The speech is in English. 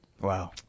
Wow